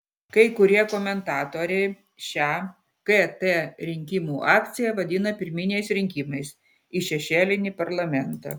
kai kurie komentatoriai šią kt rinkimų akciją vadina pirminiais rinkimais į šešėlinį parlamentą